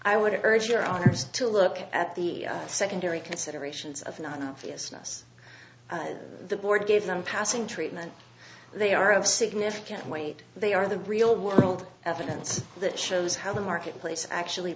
i would urge your artist to look at the secondary considerations of non obviousness the board gave them passing treatment they are of significant weight they are the real world evidence that shows how the marketplace actually